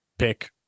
pick